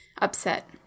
upset